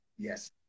Yes